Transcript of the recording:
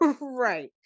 right